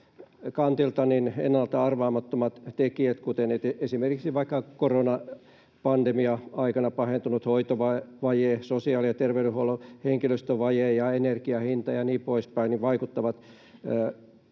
kantilta ennalta arvaamattomat tekijät, kuten esimerkiksi vaikka koronapandemian aikana pahentunut hoitovaje, sosiaali‑ ja terveydenhuollon henkilöstövaje ja energian hinta ja niin poispäin, vaikuttavat